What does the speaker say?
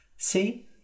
See